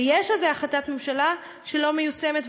ויש על זה החלטת ממשלה שלא מיושמת,